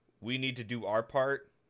we-need-to-do-our-part